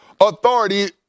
authority